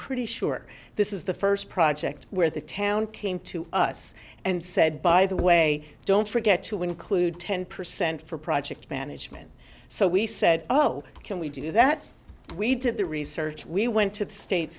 pretty sure this is the first project where the town came to us and said by the way don't forget to include ten percent for project management so we said oh can we do that we did the research we went to the state